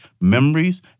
memories